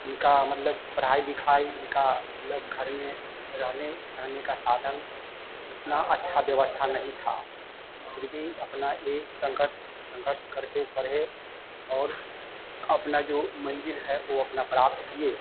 इनकी मतलब पढ़ाई लिखाई इनका मतलब घर में रहने सहने का साधन उतनी अच्छी व्यवस्था नहीं थी फिर भी अपना ये संघर्ष संघर्ष करके पढ़े और अपनी जो मंज़िल है वह अपनी प्राप्त किए